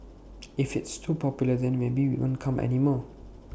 if it's too popular then maybe we won't come anymore